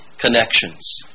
connections